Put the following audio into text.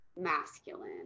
masculine